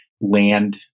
land